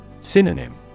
Synonym